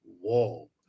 Whoa